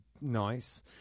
nice